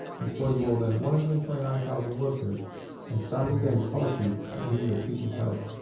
employ more than one hundred and twenty nine thousand workers and stand against policies that hinder people's health,